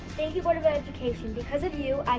thank you board of education, because of you,